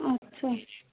আচ্ছা